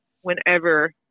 whenever